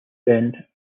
bend